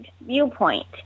viewpoint